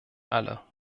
alle